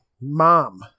mom